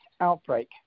outbreak